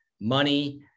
money